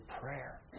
prayer